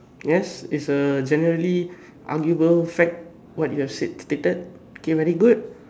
yes it's a generally arguable fact what have you said stated okay very good